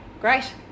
Great